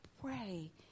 pray